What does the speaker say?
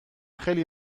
خیلی